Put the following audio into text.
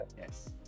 yes